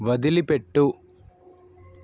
వదిలిపెట్టు